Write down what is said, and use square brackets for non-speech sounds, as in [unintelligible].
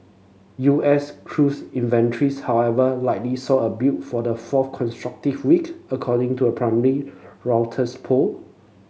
U S crudes [unintelligible] however likely saw a build for the fourth consecutive week according to a preliminary Reuters poll